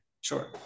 Sure